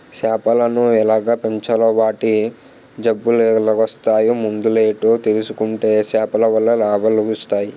సేపలను ఎలాగ పెంచాలో వాటి జబ్బులెలాగోస్తాయో మందులేటో తెలుసుకుంటే సేపలవల్ల లాభాలొస్టయి